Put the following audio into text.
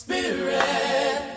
Spirit